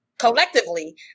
Collectively